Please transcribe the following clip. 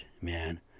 man